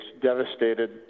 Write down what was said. devastated